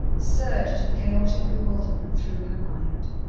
surged in chaotic bewilderment through her mind.